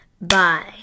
Bye